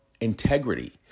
integrity